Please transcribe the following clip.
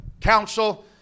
council